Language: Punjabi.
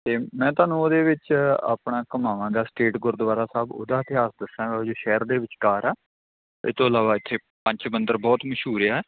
ਅਤੇ ਮੈਂ ਤੁਹਾਨੂੰ ਉਹਦੇ ਵਿੱਚ ਆਪਣਾ ਘੁਮਾਵਾਂਗਾ ਸਟੇਟ ਗੁਰਦੁਆਰਾ ਸਾਹਿਬ ਉਹਦਾ ਇਤਿਹਾਸ ਦੱਸਾਂਗਾ ਉਹ ਜੋ ਸ਼ਹਿਰ ਦੇ ਵਿਚਕਾਰ ਆ ਇਸ ਤੋਂ ਇਲਾਵਾ ਇੱਥੇ ਪੰਚ ਮੰਦਿਰ ਬਹੁਤ ਮਸ਼ਹੂਰ ਆ